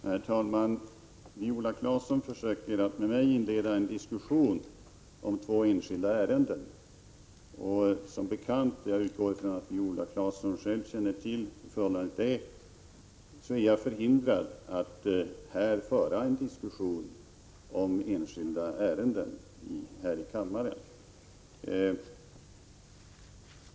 Herr talman! Viola Claesson försöker att inleda en diskussion med mig om två enskilda ärenden. Som bekant — och jag utgår från att Viola Claesson känner till detta — är jag förhindrad att föra en diskussion om enskilda ärenden här i kammaren.